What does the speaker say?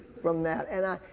from that. and i,